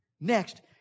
Next